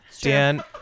Dan